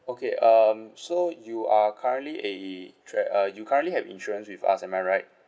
okay um so you are currently a tra~ uh you currently have insurance with us am I right